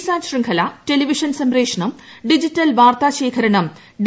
സാറ്റ് ശൃംഖല ടെലിവിഷൻ സംപ്രേഷണം ഡിജിറ്റൽ വാർത്താ ശേഖരണം ഡി